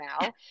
now